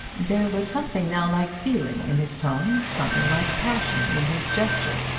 there was something now like feeling in his tone, something like passion in his gesture,